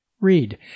Read